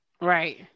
right